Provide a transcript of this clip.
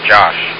Josh